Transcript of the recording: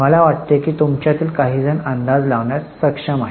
मला वाटते की तुमच्या तील काहीजण अंदाज लावण्यास सक्षम आहेत